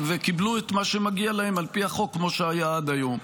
וקיבלו את מה שמגיע להם על פי החוק כמו שהיה עד היום.